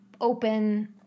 open